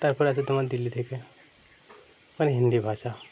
তারপরে আছে তোমার দিল্লি থেকে মানে হিন্দি ভাষা